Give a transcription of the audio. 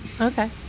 Okay